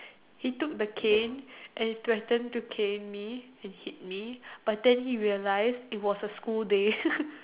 he took the cane and threatened to cane me and hit me but then he realized it was a school day